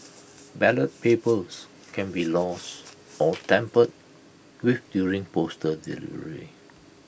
ballot papers can be lost or tampered with during postal delivery